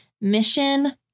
mission